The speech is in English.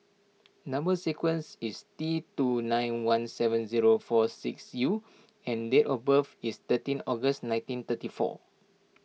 Number Sequence is T two nine one seven zero four six U and date of birth is thirteen August nineteen thirty four